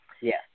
Yes